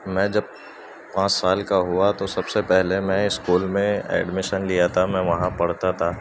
میں جب پانچ سال کا ہوا تو سب سے پہلے میں اسکول میں ایڈمیشن لیا تھا میں وہاں پڑھتا تھا